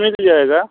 मिल जाएगा